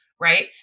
Right